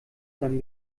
seinem